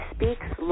Speaks